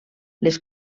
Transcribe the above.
les